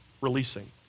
Releasing